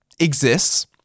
exists